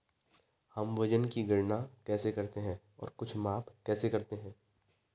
हम वजन की गणना कैसे करते हैं और कुछ माप कैसे करते हैं?